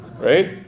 Right